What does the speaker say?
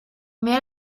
mehr